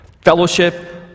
fellowship